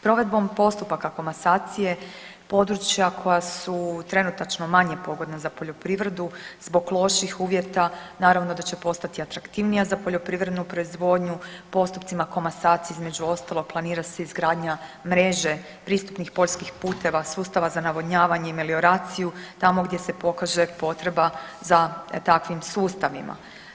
Provedbom postupaka komasacije područja koja su trenutačno manje pogodna za poljoprivredu zbog loših uvjeta naravno da će postati atraktivnija za poljoprivrednu proizvodnju, postupcima komasacije između ostalog planira se izgradnja mreže pristupnih poljskih puteva sustava za navodnjavanje i melioraciju tamo gdje se pokaže potreba za takvim sustavima.